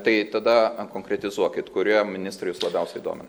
tai tada konkretizuokit kurie ministrai jus labiausiai domina